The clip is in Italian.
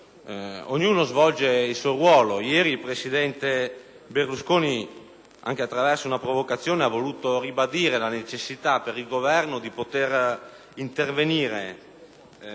Ognuno svolge il suo ruolo. Ieri il presidente Berlusconi, anche attraverso una provocazione, ha voluto ribadire la necessità per il Governo di riuscire ad intervenire